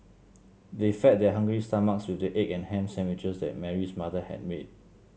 they fed their hungry stomachs with the egg and ham sandwiches that Mary's mother had made